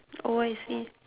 oh I see